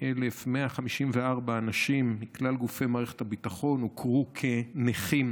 ו-58,154 אנשים מכלל גופי מערכת הביטחון הוכרו כנכים,